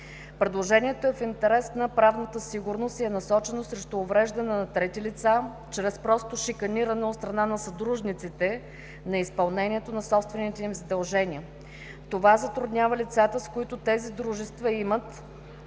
Предложението е в интерес на правната сигурност и е насочено срещу увреждане на трети лица, чрез просто шиканиране от страна на съдружниците, неизпълнението на собствените задължения. Това затруднява лицата, с които тези дружества имат